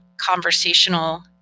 conversational